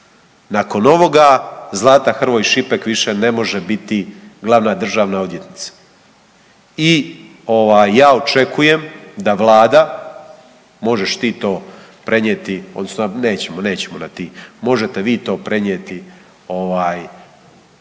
Nakon ovoga Zlata Hrvoj Šipek više ne može biti glavna državna odvjetnica. I ovaj ja očekujem da vlada, možeš ti to prenijeti odnosno nećemo, nećemo na ti, možete vi to prenijeti